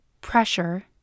Pressure